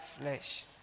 flesh